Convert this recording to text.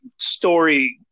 story